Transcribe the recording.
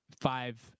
five